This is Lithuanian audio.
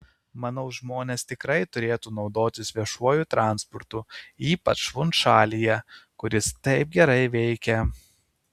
manau žmonės tikrai turėtų naudotis viešuoju transportu ypač funšalyje kur jis taip gerai veikia